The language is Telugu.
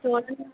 చూడండి